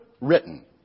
written